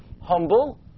Humble